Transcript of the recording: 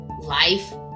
life